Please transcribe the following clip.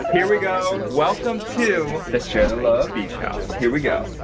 here we go. welcome to the share the love beach house. here we go.